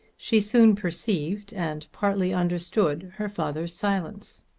she soon perceived and partly understood her father's silence.